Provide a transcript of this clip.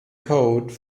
code